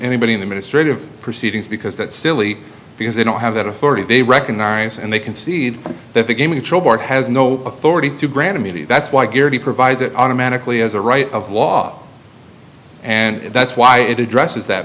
anybody in the ministry of proceedings because that's silly because they don't have that authority they recognize and they concede that the game has no authority to grant immunity that's why garrity provides it automatically as a right of law and that's why it addresses that